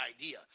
idea